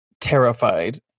terrified